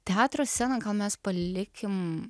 teatro sceną gal mes palikim